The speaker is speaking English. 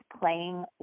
playing